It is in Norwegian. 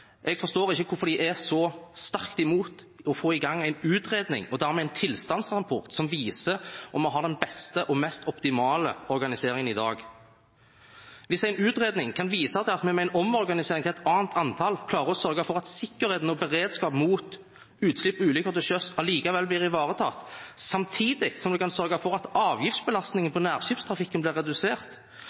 Jeg forstår ikke hvorfor de er så sterkt imot å få i gang en utredning og dermed en tilstandsrapport som viser om vi har den beste og mest optimale organiseringen i dag. Hvis en utredning kan vise at vi med en omorganisering til et annet antall klarer å sørge for at sikkerheten og beredskapen mot utslipp og ulykker til sjøs likevel blir ivaretatt, samtidig som vi kan sørge for at avgiftsbelastningen på nærskipstrafikken blir redusert,